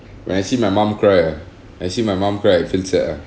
when I see my mum cry ah I see my mom cry I feel sad ah